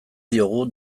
diogu